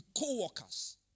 co-workers